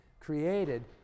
created